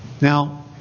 Now